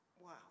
wow